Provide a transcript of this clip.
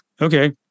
okay